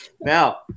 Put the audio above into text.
Now